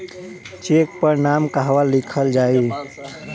Check पर नाम कहवा लिखल जाइ?